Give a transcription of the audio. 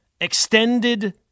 extended